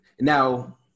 Now